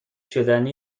شدنی